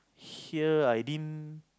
hear I didn't